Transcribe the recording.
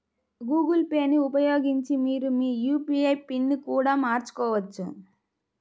Google Pay ని ఉపయోగించి మీరు మీ యూ.పీ.ఐ పిన్ని కూడా మార్చుకోవచ్చు